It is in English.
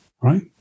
right